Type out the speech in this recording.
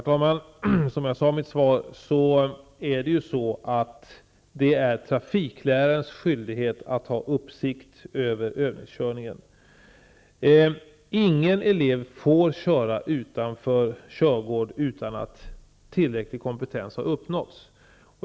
Herr talman! Som jag sade i mitt svar, är det trafiklärarens skyldighet att ha uppsikt över övningskörningen. Ingen elev får köra utanför körgård utan att tillräcklig kompetens har uppnåtts.